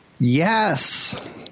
Yes